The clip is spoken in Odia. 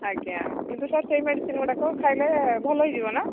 ଆଜ୍ଞା କିନ୍ତୁ ସାର୍ ସେଇ ମେଡ଼ିସିନ୍ ଗୁଡ଼ାକ ଖାଇଲେ ଭଲ ହେଇଯିବ ନା